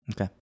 Okay